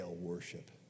worship